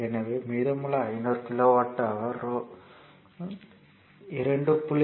எனவே மீதமுள்ள 500 kilowatt hour 2